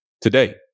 today